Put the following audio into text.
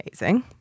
amazing